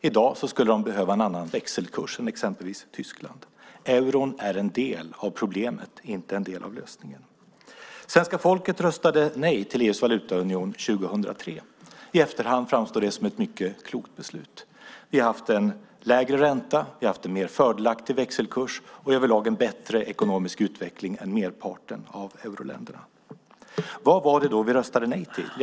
I dag skulle de behöva en annan växelkurs än exempelvis Tyskland. Euron är en del av problemet, inte en del av lösningen. Svenska folket röstade nej till EU:s valutaunion 2003. I efterhand framstår det som ett mycket klokt beslut. Vi har haft en lägre ränta, en mer fördelaktig växelkurs och över lag en bättre ekonomisk utveckling än merparten av euroländerna. Vad var det då vi röstade nej till?